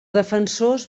defensors